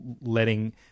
Letting